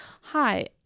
Hi